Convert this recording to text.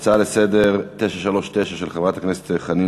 להצעה לסדר 939 של חברת הכנסת חנין